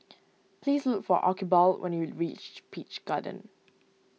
please look for Archibald when you reach Peach Garden